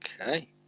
Okay